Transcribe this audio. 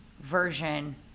version